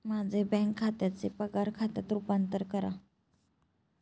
माझे बँक खात्याचे पगार खात्यात रूपांतर करा